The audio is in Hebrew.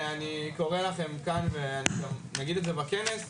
אני קורא לכם כאן ואני גם אגיד את זה בכנס,